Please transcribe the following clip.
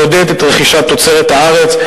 תעודד את רכישת תוצרת הארץ.